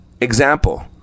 Example